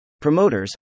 Promoters